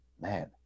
Man